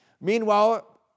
Meanwhile